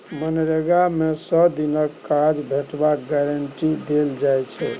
मनरेगा मे सय दिनक काज भेटबाक गारंटी देल जाइ छै